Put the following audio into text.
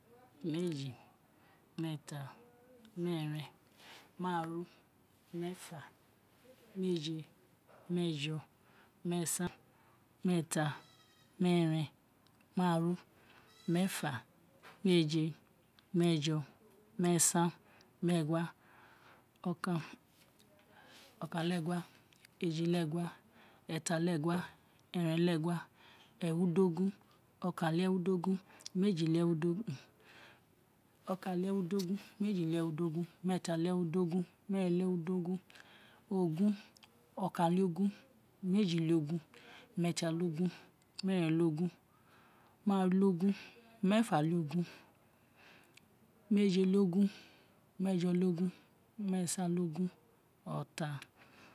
Meji, meeta, meeren, maaru, meeta, meeje, meejo, meesan, meeta, meeren, maaru, meefa, meeje, meejo, meesan meegua, okan okan-le-gua, eji-le-egua, eta-le-egua, eren-le-gua, erudogun okan-le-erudugun, meeren-le-eru dogun, ogun, okan-le-ogun, meeren-le-ogun maaru-le-ogun, meeje-le-ogun, meejo-le-ogun, meesan-le-ogun, ota.